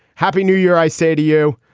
happy new year, i say to you.